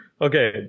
Okay